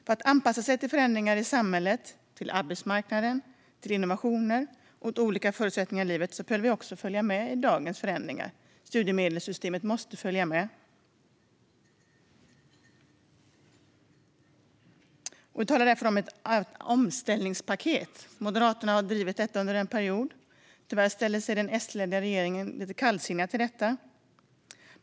För att anpassa sig till förändringar i samhället och till arbetsmarknaden, innovationer eller olika förutsättningar i livet behöver vi följa med i dagens förändringar. Studiemedelssystemet måste följa med. Vi talar därför om ett omställningspaket. Moderaterna har under en period drivit detta. Tyvärr ställer sig den S-ledda regeringen lite kallsinnig till det.